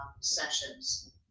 sessions